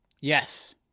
Yes